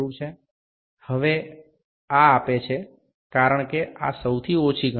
এখন এটি দেয় কারণ এটি সর্বনিম্ন গণনা